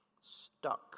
stuck